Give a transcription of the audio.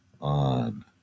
on